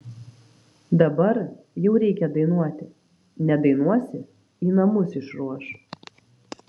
dabar jau reikia dainuoti nedainuosi į namus išruoš